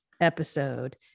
episode